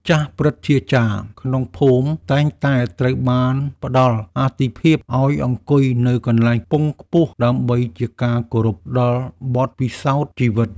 ចាស់ព្រឹទ្ធាចារ្យក្នុងភូមិតែងតែត្រូវបានផ្តល់អាទិភាពឱ្យអង្គុយនៅកន្លែងខ្ពង់ខ្ពស់ដើម្បីជាការគោរពដល់បទពិសោធន៍ជីវិត។